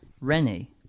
Rennie